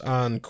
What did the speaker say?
on